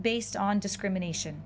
based on discrimination